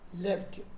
left